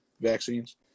vaccines